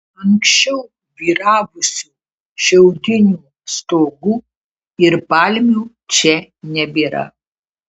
anksčiau vyravusių šiaudinių stogų ir palmių čia nebėra